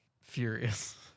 furious